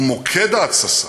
ומוקד ההתססה,